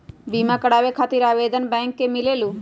बिमा कराबे खातीर आवेदन बैंक से मिलेलु?